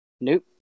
Nope